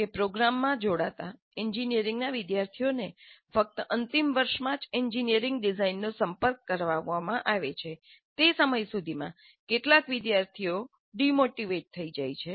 કે પ્રોગ્રામમાં જોડાતા એન્જિનિયરિંગના વિદ્યાર્થીઓને ફક્ત અંતિમ વર્ષમાં જ એન્જિનિયરિંગ ડિઝાઇનનો સંપર્ક કરાવવામાં આવે છે તે સમય સુધીમાં કેટલાક વિદ્યાર્થીઓ ડિમોટિવેટ થઈ જાય છે